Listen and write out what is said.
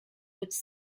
which